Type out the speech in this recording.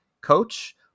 coach